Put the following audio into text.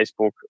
Facebook